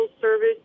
Service